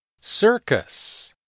Circus